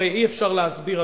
הרי אי-אפשר להסביר,